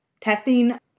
testing